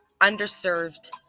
underserved